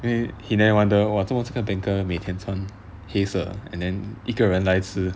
he never wonder !wah! 怎么这个 banker 每天穿黑色 and then 一个人来吃